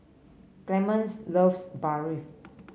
Clemence loves Barfi